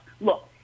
Look